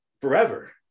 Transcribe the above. forever